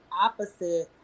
opposite